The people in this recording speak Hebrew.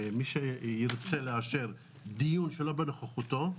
שמי שירצה לאשר דיון שלא בנוכחותו,